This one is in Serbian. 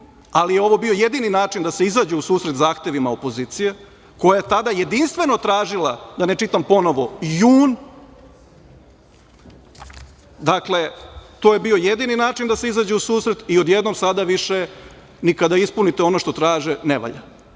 ali je ovo bio jedini način da se izađe u susret zahtevima opozicija, koja je tada jedinstveno tražila, da ne čitam ponovo, jun, dakle, to je bio jedini način da se izađe u susret i odjednom sada više, ni kada ispunite ono što traže, ne valja.E